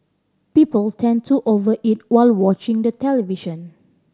people tend to over eat while watching the television